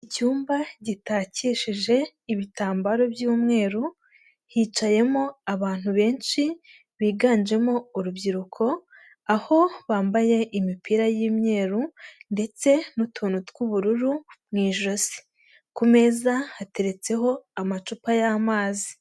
Icyumba gitakishijeje ibitambaro by'umweru, hicayemo abantu benshi biganjemo urubyiruko, aho bambaye imipira y'imyeru ndetse n'utuntu tw'ubururu mu ijosi, ku meza hateretseho amacupa y'amazi.